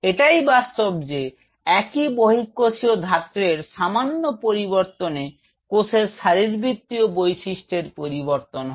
এটাই বাস্তব যে একই বহিঃকোষীয় ধাত্রের সামান্য পরিবর্তনে কোষের শারীরবৃত্তীয় বিশিষ্টের পরিবর্তন হয়